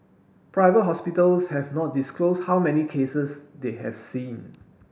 private hospitals have not disclosed how many cases they have seen